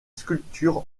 sculptures